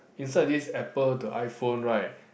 insert this apple to iPhone right